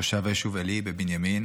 תושב היישוב עלי בבנימין.